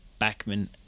Backman